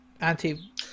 anti